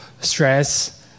stress